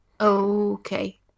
Okay